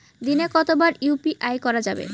দিনে কতবার ইউ.পি.আই করা যাবে?